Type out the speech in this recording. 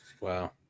Wow